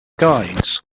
guides